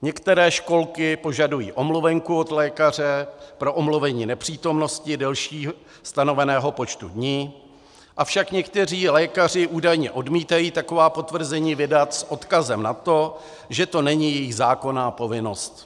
Některé školky požadují omluvenku od lékaře pro omluvení nepřítomnosti delší stanoveného počtu dní, avšak někteří lékaři údajně odmítají taková potvrzení vydat s odkazem na to, že to není jejich zákonná povinnost.